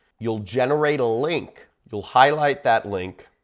you'll generate a link, you'll highlight that link.